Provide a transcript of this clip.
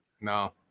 No